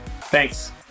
Thanks